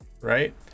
Right